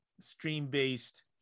stream-based